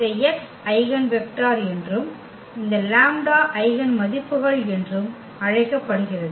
இந்த x eigen vector என்றும் இந்த லாம்ப்டா ஐகென் மதிப்புகள் என்றும் அழைக்கப்படுகிறது